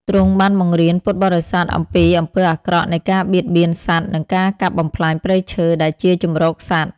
ទ្រង់បានបង្រៀនពុទ្ធបរិស័ទអំពីអំពើអាក្រក់នៃការបៀតបៀនសត្វ និងការកាប់បំផ្លាញព្រៃឈើដែលជាជម្រកសត្វ។